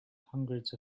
hundreds